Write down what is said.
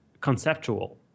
conceptual